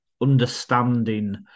understanding